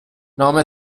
نام